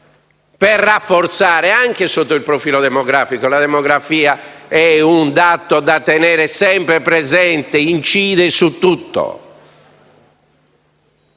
per rafforzarci anche sotto il profilo demografico. La demografia è un dato da tenere sempre presente perché incide su tutto.